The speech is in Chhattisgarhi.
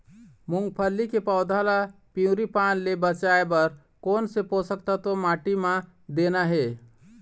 मुंगफली के पौधा ला पिवरी पान ले बचाए बर कोन से पोषक तत्व माटी म देना हे?